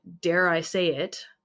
dare-I-say-it